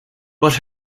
but